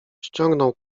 ściągnął